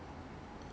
我不知道 leh